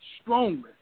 strongly